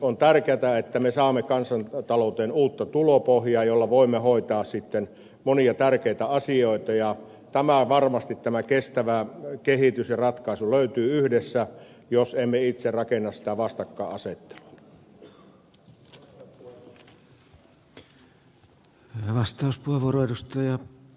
on tärkeätä että me saamme kansantalouteen uutta tulopohjaa jolla voimme hoitaa monia tärkeitä asioita ja varmasti tämä kestävä kehitys ja ratkaisu löytyy yhdessä jos emme itse rakenna sitä vastakkainasettelua